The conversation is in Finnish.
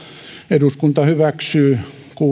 eduskunta hyväksyy